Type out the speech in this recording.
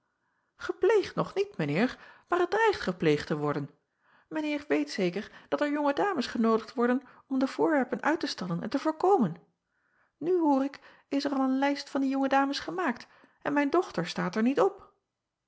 epleegd nog niet mijn eer maar het dreigt gepleegd te worden ijn eer weet zeker dat er jonge dames genoodigd worden om de voorwerpen uit te stallen en te verkoopen nu hoor ik is er al een lijst van die jonge dames gemaakt en mijn dochter staat er niet op